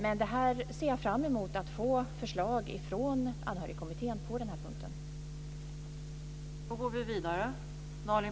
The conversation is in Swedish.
Jag ser fram emot att få förslag från anhörigkommittén på den här punkten.